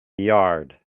yard